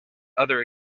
other